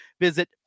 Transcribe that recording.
Visit